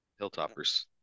Hilltoppers